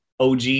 OG